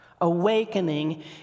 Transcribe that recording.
Awakening